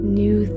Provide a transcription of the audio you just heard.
new